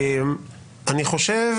אני חושב